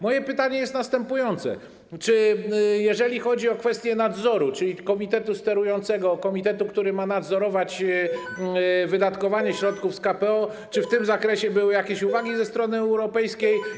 Moje pytanie jest następujące: Jeżeli chodzi o kwestię nadzoru, czyli komitetu sterującego, który ma nadzorować wydatkowanie środków z KPO, to czy w tym zakresie były jakieś uwagi ze strony europejskiej?